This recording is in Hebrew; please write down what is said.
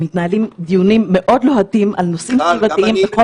מתנהלים דיונים מאוד לוהטים על נושאים סביבתיים בכל מקום.